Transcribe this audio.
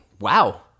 wow